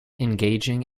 engaging